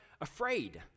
afraid